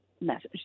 message